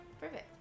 Perfect